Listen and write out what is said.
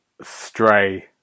Stray